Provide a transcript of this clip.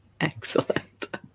excellent